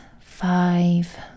five